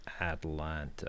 Atlanta